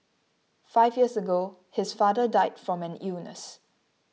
five years ago his father died from an illness